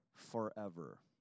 Forever